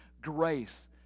grace